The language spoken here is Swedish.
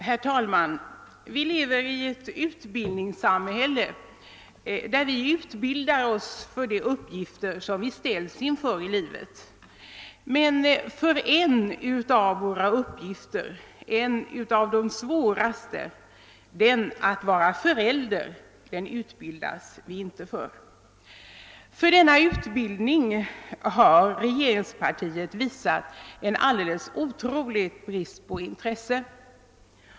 Herr talman! Vi lever i ett utbildningssamhälle, där vi utbildar oss för de uppgifter vi ställs inför i livet. Men för en av dessa uppgifter, en av de svåraste, den nämligen att vara förälder, utbildas vi inte. För en sådan utbildning har regeringspartiet visat en alldeles otrolig brist på intresse.